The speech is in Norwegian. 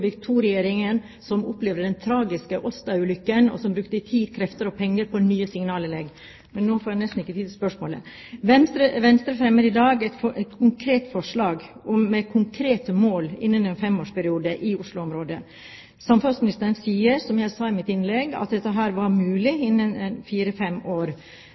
som opplevde den tragiske Åsta-ulykken, og som brukte tid, krefter og penger på nye signalanlegg. Men nå får jeg nesten ikke tid til spørsmålet. Venstre fremmer i dag et konkret forslag med konkrete mål innen en femårsperiode i Oslo-området. Samferdselsministeren sier – som jeg sa i mitt innlegg – at dette var mulig å nå innen fire–fem år.